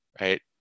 right